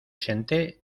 senté